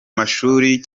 mashuri